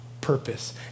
purpose